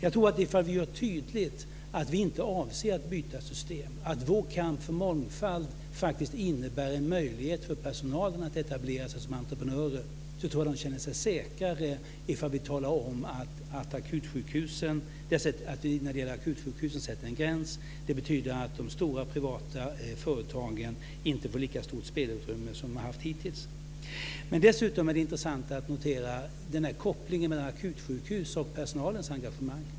Om vi gör tydligt att vi inte avser att byta system, att vår kamp för mångfald faktiskt innebär en möjlighet för personalen att etablera sig som entreprenörer, så tror jag att de känner sig säkrare. Att vi sätter en gräns när det gäller akutsjukhusen betyder att de stora privata företagen inte får lika stort spelutrymme som de har haft hittills. Dessutom är det intressant att notera den här kopplingen mellan akutsjukhusen och personalens engagemang.